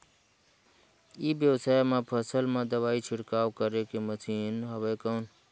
ई व्यवसाय म फसल मा दवाई छिड़काव करे के मशीन हवय कौन?